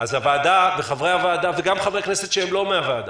הוועדה וחברי הוועדה, וחברי כנסת שאינם חברי ועדה,